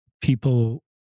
people